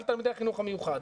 על תלמידי החינוך המיוחד,